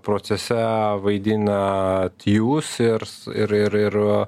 procese vaidinat jūs ir ir ir ir